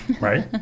right